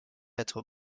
être